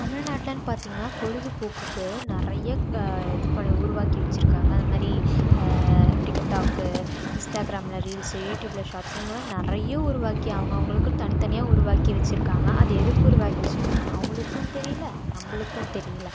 தமிழ்நாட்டில்னு பார்த்தீங்கன்னா பொழுதுபோக்குக்கு நிறைய இது பண்ணி உருவாக்கி வச்சிருக்காங்க அந்த மாதிரி டிக்டாக்கு இன்ஸ்டாகிராமில் ரீல்ஸு யூடியூபில் ஷாட்ஸுன்னு தான் நிறைய உருவாக்கி அவுங்கவங்களுக்குன் தனியாக தனியாக உருவாக்கி வச்சிருக்காங்க அது எதுக்கு உருவாக்கி வச்சிருக்காங்கன்னா அவங்களுக்கும் தெரியலை நம்மளுக்கும் தெரியலை